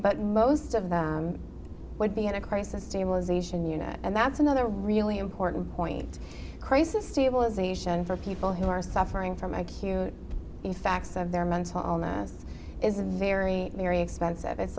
but most of them would be in a crisis stabilization unit and that's another really important point crisis stabilization for people who are suffering from acute effects of their mental illness is a very very expensive it's